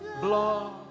blood